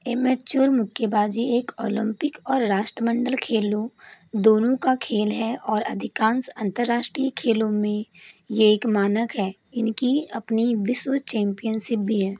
amateur मुक्केबाजी एक Olympic और राष्ट्रमंडल खेलों दोनों का खेल है और अधिकांश अंतरराष्ट्रीय खेलों में ये एक मानक है इनकी अपनी विश्व चैंपियनशिप भी है